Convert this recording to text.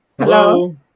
Hello